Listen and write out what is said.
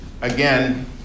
Again